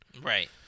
Right